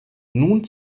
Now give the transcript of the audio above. nun